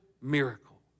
miracle